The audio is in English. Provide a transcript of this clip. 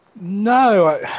No